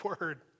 word